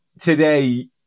today